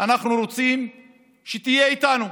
אנחנו רוצים שתהיה איתנו.